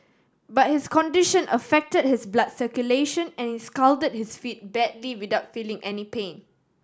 but his condition affected his blood circulation and scalded his feet badly without feeling any pain